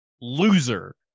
loser